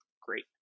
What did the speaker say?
great